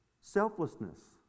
selflessness